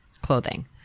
clothing